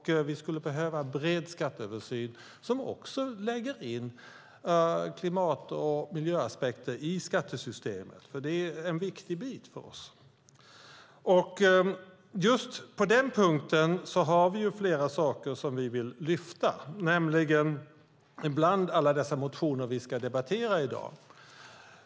Vi skulle behöva en bred skatteöversyn som också lägger in klimat och miljöaspekter i skattesystemet. Det är en viktig fråga för oss. Just på den punkten har vi flera saker som vi vill lyfta fram bland alla dessa motioner som vi ska debattera i dag.